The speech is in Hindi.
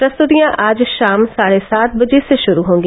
प्रस्तुतियां आज शाम साढ़े सात बजे से शुरू होंगी